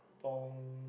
pung